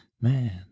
Man